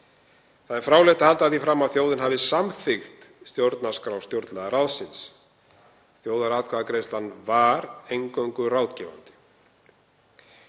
Það er fráleitt að halda því fram að þjóðin hafi samþykkt stjórnarskrá stjórnlagaráðsins. Þjóðaratkvæðagreiðslan var eingöngu ráðgefandi.